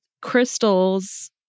crystals